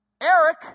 Eric